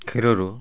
କ୍ଷୀରରୁ